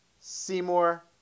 Seymour